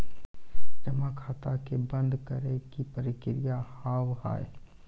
जमा खाता के बंद करे के की प्रक्रिया हाव हाय?